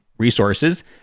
Resources